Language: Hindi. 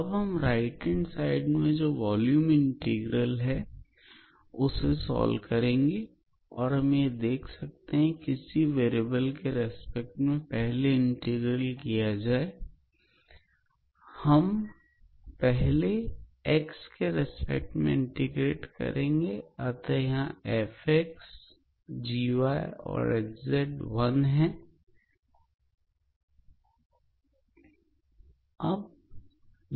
अब हम राइट एंड साइड में जो वॉल्यूम इंटीग्रल है उसे सॉल्व करेंगे अब हम यह देख सकते हैं कि यहां पर किस वेरिएबल के रेस्पेक्ट में पहले इंटीग्रेट किया जाए तो हम पहले x के रेस्पेक्ट में इंटीग्रेट करेंगे अतः यहां 𝑓𝑥1𝑔𝑦1 ℎ𝑧1 लिखा जाएगा